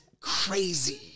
crazy